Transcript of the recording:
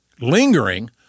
lingering